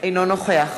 אינו נוכח